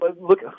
look